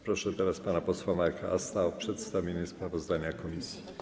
Proszę teraz pana posła Marka Asta o przedstawienie sprawozdania komisji.